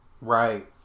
Right